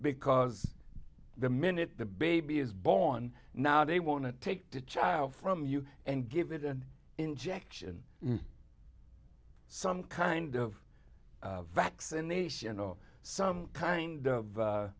because the minute the baby is born now they want to take the child from you and give it an injection some kind of vaccination or some kind of